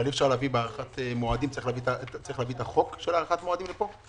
צריך להביא את החוק של הארכת מועדים לפה?